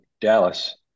dallas